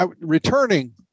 Returning